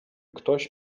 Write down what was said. ktoś